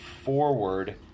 forward